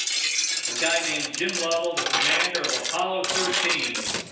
a guy named jim lovell, the commander of apollo thirteen,